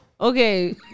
Okay